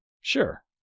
Sure